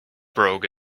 broke